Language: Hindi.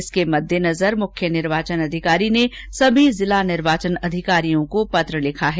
इसके मद्देनजर मुख्य निर्वाचन अधिकारी ने सभी जिला निर्वाचन अधिकारियों को पत्र लिखा है